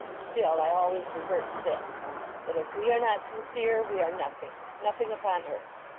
still i always revert to this that if we are not sincere, we are nothing nothing upon earth.